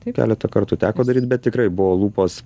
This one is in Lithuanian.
keletą kartų teko daryt bet tikrai buvo lūpos